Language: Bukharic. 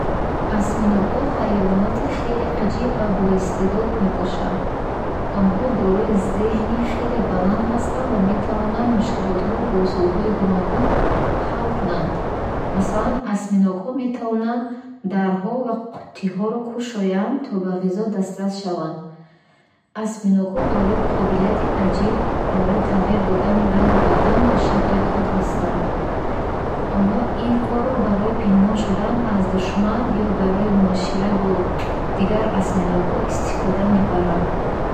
Осминогҳо ҳайвоноти хеле аҷиб ва боистеъдод мебошанд. Онҳо дорои зеҳни хеле баланд ҳастанд ва метавонанд мушкилотро бо усулҳои гуногун ҳал кунанд. Масалан, осьминогҳо метавонанд дарҳо ва қуттиҳоро кушоянд, то ба ғизо дастрас шаванд. Осминогҳо дорои қобилияти аҷиб барои тағйир додани рангу бадан ва шакли худ ҳастанд. Онҳо ин корро барои пинҳон шудан аз душманон ё барои муошират бо дигар осминогҳо истифода мебаранд.